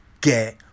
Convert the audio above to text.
get